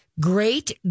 Great